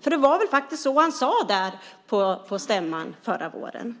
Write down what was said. För det var väl så han sade på stämman förra våren?